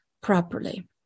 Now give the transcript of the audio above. properly